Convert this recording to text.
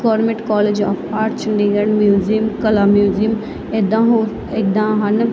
government college of art Chandigarh museum ਕਲਾ museum ਇੱਦਾਂ ਹੋ ਇੱਦਾਂ ਹਨ